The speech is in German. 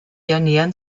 ernähren